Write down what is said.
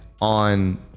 on